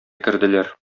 керделәр